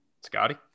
Scotty